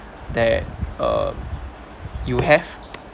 that uh you have